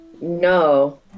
No